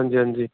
ਹਾਂਜੀ ਹਾਂਜੀ